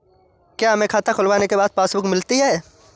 क्या हमें खाता खुलवाने के बाद पासबुक मिलती है?